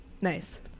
nice